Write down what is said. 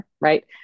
right